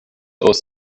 aus